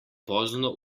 pozno